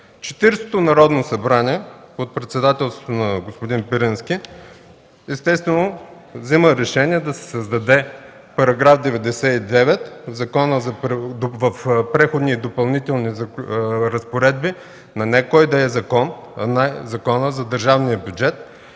Четиридесетото Народно събрание под председателството на господин Пирински естествено взима решение да се създаде § 99 от Преходните и заключителните разпоредби на не кой да е закон, а на Закона за държавния бюджет,